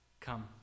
come